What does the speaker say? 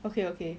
okay okay